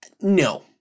No